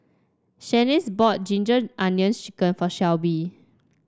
Shaniece bought Ginger Onions chicken for Shelby